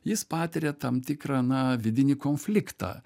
jis patiria tam tikrą na vidinį konfliktą